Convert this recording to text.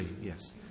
yes